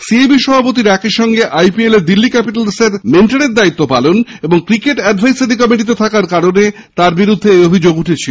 C A B সভাপতির একই সঙ্গে আই পি এল এ দিল্লী ক্যাপিটালসের মেন্টরের দায়িত্ব পালন এবং ক্রিকেট অ্যাডভাইসারি কমিটিতে থাকার কারনে তার বিরুদ্ধে এই অভিযোগ ওঠেছিল